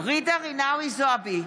ג'ידא רינאוי זועבי,